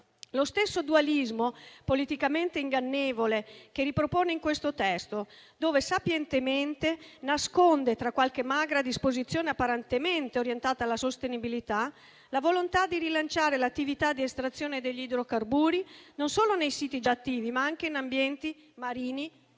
stesso dualismo politicamente ingannevole che ripropone in questo testo, dove sapientemente nasconde, tra qualche magra disposizione apparentemente orientata alla sostenibilità, la volontà di rilanciare l'attività di estrazione degli idrocarburi non solo nei siti già attivi, ma anche in ambienti marini